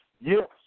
yes